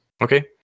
Okay